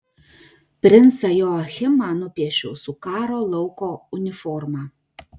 princą joachimą nupiešiau su karo lauko uniforma